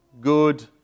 good